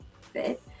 fit